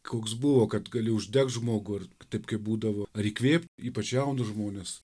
koks buvo kad gali uždegt žmogų ir taip kaip būdavo ar įkvėpt ypač jaunus žmones